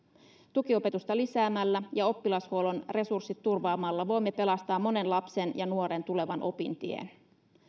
tukiopetusta lisäämällä ja oppilashuollon resurssit turvaamalla voimme pelastaa monen lapsen ja nuoren tulevan opintien